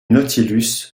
nautilus